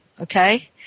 Okay